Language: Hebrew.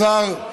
השר,